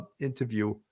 interview